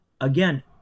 again